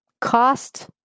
cost